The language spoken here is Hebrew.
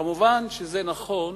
כמובן, זה נכון